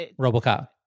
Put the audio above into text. RoboCop